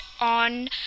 on